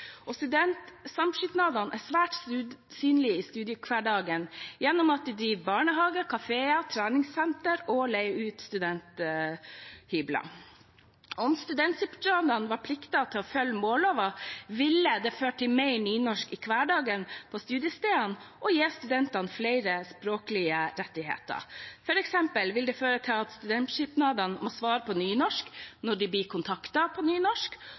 er svært synlige i studiehverdagen gjennom at de driver barnehager, kafeer og treningssenter og leier ut studenthybler. Om studentsamskipnadene var forpliktet til å følge målloven, ville det ført til mer nynorsk i hverdagen på studiestedene og gitt studentene flere språklige rettigheter. For eksempel ville det føre til at studentsamskipnadene må svare på nynorsk om de blir kontaktet på nynorsk,